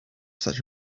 such